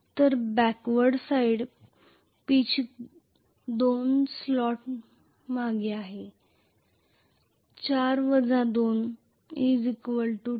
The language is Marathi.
तर बॅकवर्ड साइड पिच 2 स्लॉट मागे आहे 4 2 2